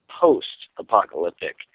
post-apocalyptic